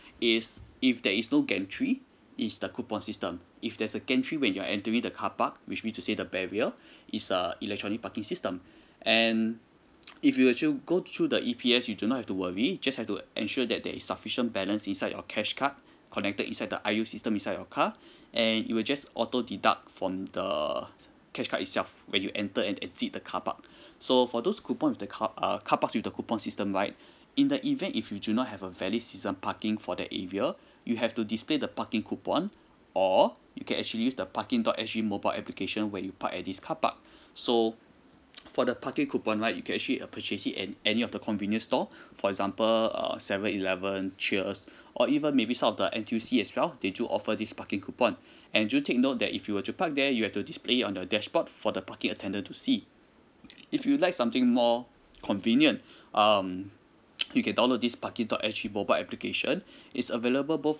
is if there is no gentry is the coupon system if there's a gentry when you're entering the carpark which means to say the barrier is uh electronic parking system and if you actually go through the E_P_S you do not have to worry just have to ensure that there is sufficient balance inside your cash card connected inside the I_U system inside your car and it'll just auto deduct from the cash card itself when you enter and exit the carpark so for those coupon the car uh carpark with the coupon system right in the event if you do not have a valid season parking for that area you have to display the parking coupon or you can actually use the parking dot S G mobile application where you park at this carpark so for the parking coupon right you can actually uh purchase it at any of the convenience store for example err seven eleven cheers or even maybe some of the as well they do offer this parking coupon and do take note that if you were to park there you have to display it on your dashboard for the parking attendant to see if you like something more convenient um you can download this parking dot S G mobile application is available both